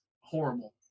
horrible